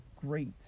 great